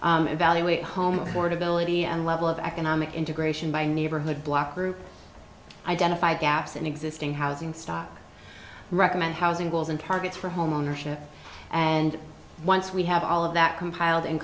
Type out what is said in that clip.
evaluate home affordability and level of economic integration by neighborhood block group identify gaps in existing housing stock recommend housing goals and targets for homeownership and once we have all of that compiled in